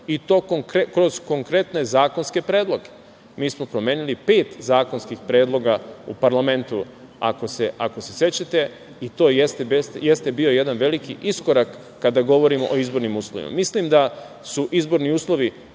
i to kroz konkretne zakonske predloge. Mi smo promenili pet zakonskih predloga u parlamentu, ako se sećate, i to jeste bio jedan veliki iskorak, kada govorimo o izbornim uslovima. Mislim da su izborni uslovi